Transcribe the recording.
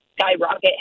skyrocket